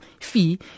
fee